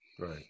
Right